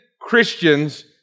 Christians